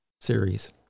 series